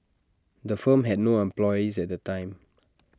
the firm had no employees at the time